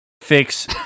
fix